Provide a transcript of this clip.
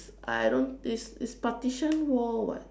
I don't it's it's partition wall [what]